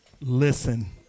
Listen